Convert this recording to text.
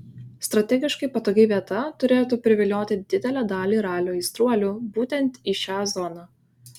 strategiškai patogi vieta turėtų privilioti didelę dalį ralio aistruolių būtent į šią zoną